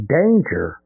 danger